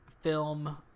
film